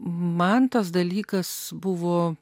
man tas dalykas buvo